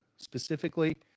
Specifically